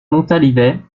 montalivet